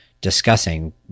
discussing